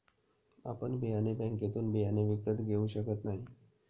आपण बियाणे बँकेतून बियाणे विकत घेऊ शकत नाही